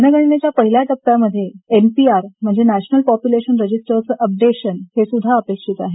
जनगणनेच्या पहिल्या टप्प्यामध्ये एनपीआर म्हणजेच नॅशनल पॉप्युलेशन रजिस्टर्सचं अपडेशन हे सुद्धा अपेक्षित आहे